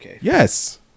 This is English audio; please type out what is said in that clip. Yes